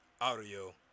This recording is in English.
audio